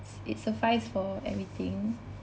s~ it suffice for everything